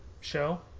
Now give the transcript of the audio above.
show